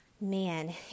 Man